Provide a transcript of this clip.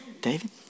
David